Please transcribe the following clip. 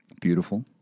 Beautiful